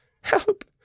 Help